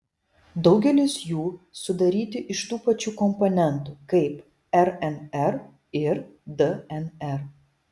daugelis jų sudaryti iš tų pačių komponentų kaip rnr ir dnr